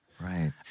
Right